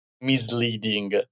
misleading